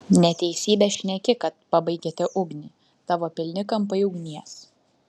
neteisybę šneki kad pabaigėte ugnį tavo pilni kampai ugnies